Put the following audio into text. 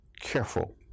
careful